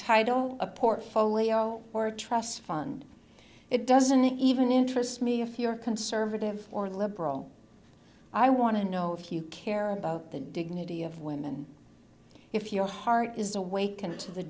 title a portfolio or a trust fund it doesn't even interest me if you're conservative or liberal i want to know if you care about the dignity of women if your heart is awakened to the